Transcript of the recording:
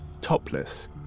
topless